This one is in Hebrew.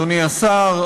אדוני השר,